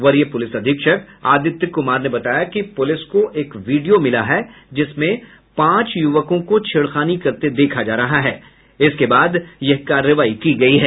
वरीय पुलिस अधीक्षक आदित्य कुमार ने बताया कि पुलिस को एक वीडियो मिला है जिसमें पांच युवकों को छेड़खानी करते देखा जा रहा है जिसके बाद यह कार्रवाई की गयी है